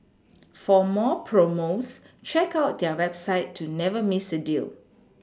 for more promos check out their website to never Miss a deal